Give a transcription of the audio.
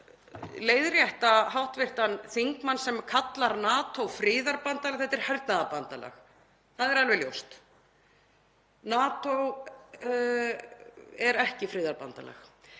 leiðrétta hv. þingmann, sem kallar NATO friðarbandalag. Þetta er hernaðarbandalag, það er alveg ljóst. NATO er ekki friðarbandalag.